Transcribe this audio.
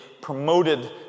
promoted